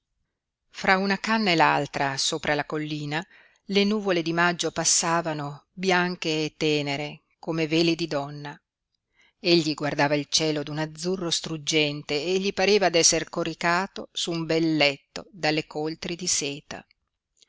fra una canna e l'altra sopra la collina le nuvole di maggio passavano bianche e tenere come veli di donna egli guardava il cielo d'un azzurro struggente e gli pareva d'esser coricato su un bel letto dalle coltri di seta